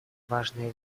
важная